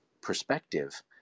perspective